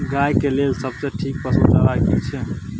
गाय के लेल सबसे ठीक पसु चारा की छै?